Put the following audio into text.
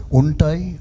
untai